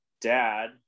dad